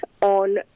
on